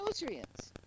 nutrients